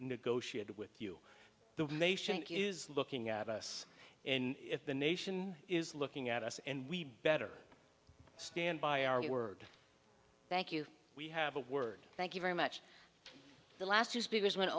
negotiated with you the nation is looking at us and if the nation is looking at us and we better stand by our word thank you we have a word thank you very much the last two speakers went